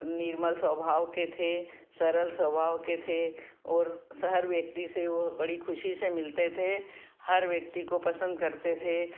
निर्मल स्वभाव के थे सरल स्वभाव के थे और श हर व्यक्ति से वो बड़ी खुशी से मिलते थे हर व्यक्ति को पसंद करते थे